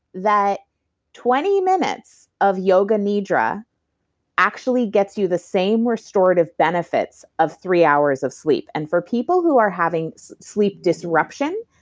that twenty minutes of yoga nidra actually gets you the same restorative benefits of three hours of sleep. and for people who are having sleep disruption,